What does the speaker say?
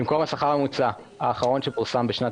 במקום השכר הממוצע האחרון שפורסם בשנת